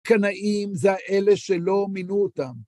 קנאים זה אלה שלא מינו אותם.